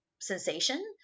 sensation